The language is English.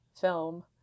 film